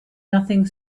nothing